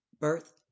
Birth